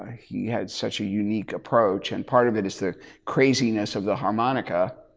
he had such a unique approach and part of it is the craziness of the harmonica.